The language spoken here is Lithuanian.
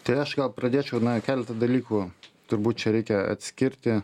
tai aš gal pradėčiau na keleto dalykų turbūt čia reikia atskirti